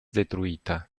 detruita